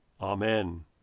Amen